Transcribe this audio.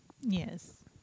Yes